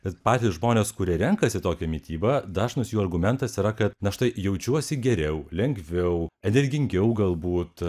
bet patys žmonės kurie renkasi tokią mitybą dažnas jų argumentas yra kad aš jaučiuosi geriau lengviau energingiau galbūt